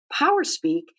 powerspeak